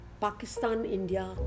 Pakistan-India